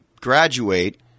graduate